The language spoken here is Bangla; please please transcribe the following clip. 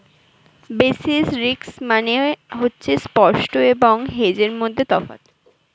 বেসিস রিস্ক মানে হচ্ছে স্পট এবং হেজের মধ্যে তফাৎ